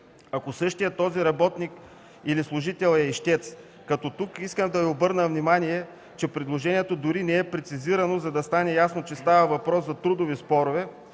ако същият този работник или служител е ищец. Тук искам да обърна внимание, че предложението дори не е прецизирано, за да стане ясно, че става въпрос за трудови спорове,